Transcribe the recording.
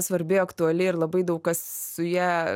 svarbi aktuali ir labai daug kas su ja